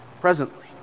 presently